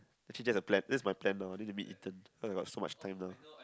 actually that the plan that's my plan now then can meet Ethan cause I got so much time now